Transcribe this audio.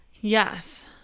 Yes